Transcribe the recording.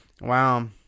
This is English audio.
Wow